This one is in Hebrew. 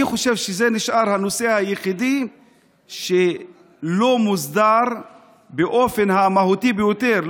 אני חושב שזה נשאר הנושא היחיד שלא מוסדר באופן המהותי ביותר,